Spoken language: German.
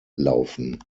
laufen